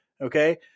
Okay